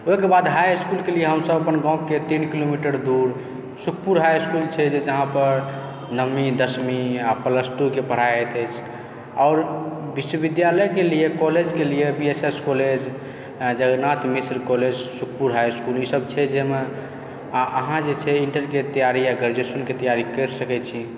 ओहिके बाद हाइ इसकुलके लिए हमसब अपन गाँवके तीन किलोमीटर दूर सुखपुर हाइ इसकुल छै जहाँपर नवमी दशमी आओर प्लस टू पढाई होइत अछि आओर विश्वविद्यालयके लिए कॉलेजके लिए B S S college Jagarnath Mishra college Sukhpur high school ई सब जाहिमे अहाँ जे छै जे इण्टर आओर ग्रेजुएशनके तैयारी कऽ सकैत छी